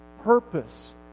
purpose